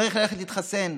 צריך ללכת להתחסן.